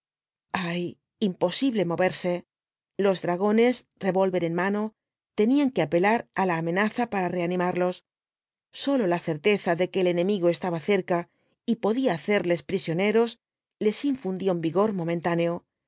ay imposible moverse los drag ones revólver en mano tenían que apelar á la amenaza para reanimarlos sólo la certeza de que el enemigo estaba cerca y podía hacerles prisioneros les infundía un vigor momentáneo